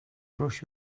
brush